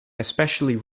especially